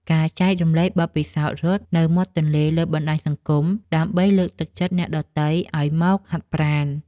ការចែករំលែកបទពិសោធន៍រត់នៅមាត់ទន្លេលើបណ្ដាញសង្គម ដើម្បីលើកទឹកចិត្តអ្នកដទៃឱ្យមកហាត់ប្រាណ។